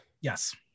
Yes